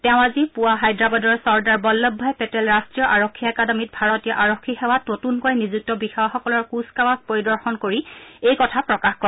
তেওঁ আজি পুৱা হায়দৰাবাদৰ চৰ্দাৰ বল্লভ ভাই পেটেল ৰাষ্ট্ৰীয় আৰক্ষী একাডেমীত ভাৰতীয় আৰক্ষী সেৱাত নতুনকৈ নিযুক্ত বিষয়াসকলৰ কুচকাৱাজ পৰিদৰ্শন কৰি এই কথা প্ৰকাশ কৰে